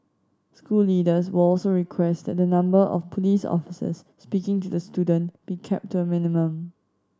school leaders will also request that the number of police officers speaking to the student be kept a minimum